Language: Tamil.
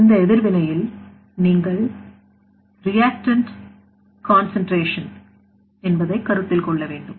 இந்த எதிர்வினையில் நீங்கள் ரிஆக்டன்ட் கன்சன்ட்ரேஷன் கருத்தில் கொள்ள வேண்டும்